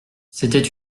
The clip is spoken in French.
c’était